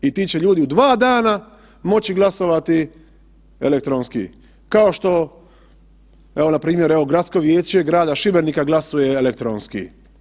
I ti će ljudi u 2 dana moći glasovati elektronski, kao što, evo npr. evo Gradsko vijeće grada Šibenika glasuje elektronski.